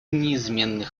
неизменный